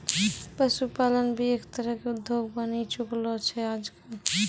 पशुपालन भी एक तरह के उद्योग बनी चुकलो छै आजकल